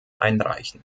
einreichen